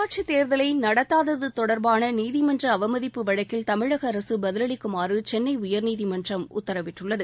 உள்ளாட்சித் தேர்தலை நடத்தாதது தொடர்பாள நீதிமன்ற அவமதிப்பு வழக்கில் தமிழக அரசு பதிலளிக்குமாறு சென்னை உயர்நீதிமன்றம் உத்தரவிட்டுள்ளது